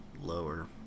lower